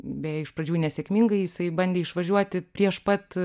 beje iš pradžių nesėkmingai jisai bandė išvažiuoti prieš pat